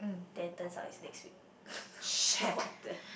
then turns out it's next week what the